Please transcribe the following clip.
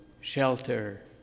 shelter